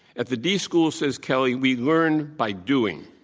at the d school, says kelly, we learn by doing.